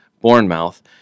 Bournemouth